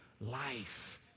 life